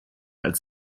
als